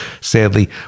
sadly